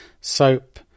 soap